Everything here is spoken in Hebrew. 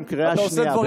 בכל